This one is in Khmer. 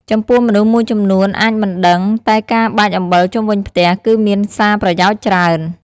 ចំពោះមនុស្សមួយចំនួនអាចមិនដឹង តែការបាចអំបិលជុំវិញផ្ទះគឺមានសារប្រយោជន៍ច្រើន។